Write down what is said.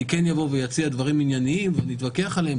אני כן אבוא ואציע דברים ענייניים ונתווכח עליהם.